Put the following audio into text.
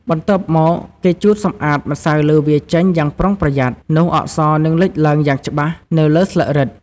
បន្ទាប់មក គេជូតសម្អាតម្សៅលើវាចេញយ៉ាងប្រុងប្រយ័ត្ន នោះអក្សរនឹងលេចឡើងយ៉ាងច្បាស់នៅលើស្លឹករឹត។